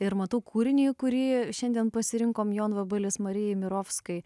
ir matau kūrinį kurį šiandien pasirinkome jonvabalis marijai miropskai